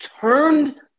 turned